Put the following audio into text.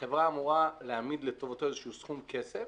החברה אמורה להעמיד לטובתו איזשהו סכום כסף